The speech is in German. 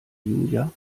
julia